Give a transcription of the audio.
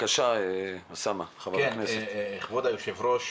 כבוד היושב-ראש,